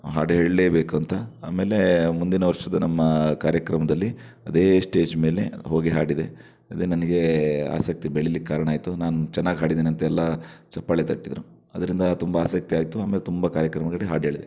ಹಾಡು ಹೇಳಲೇಬೇಕಂತ ಆಮೇಲೆ ಮುಂದಿನ ವರ್ಷದ ನಮ್ಮ ಕಾರ್ಯಕ್ರಮದಲ್ಲಿ ಅದೇ ಸ್ಟೇಜ್ ಮೇಲೆ ಹೋಗಿ ಹಾಡಿದೆ ಅದೇ ನನಗೆ ಆಸಕ್ತಿ ಬೆಳೀಲಿಕ್ಕೆ ಕಾರಣ ಆಯಿತು ನಾನು ಚೆನ್ನಾಗಿ ಹಾಡಿದೆನಂತೆಲ್ಲ ಚಪ್ಪಾಳೆ ತಟ್ಟಿದರು ಅದರಿಂದ ತುಂಬ ಆಸಕ್ತಿ ಆಯಿತು ಆಮೇಲೆ ತುಂಬ ಕಾರ್ಯಕ್ರಮದಲ್ಲಿ ಹಾಡು ಹೇಳಿದೆ